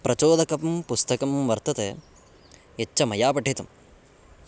प्रचोदकं पुस्तकं वर्तते यच्च मया पठितम्